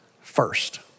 first